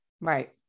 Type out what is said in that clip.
Right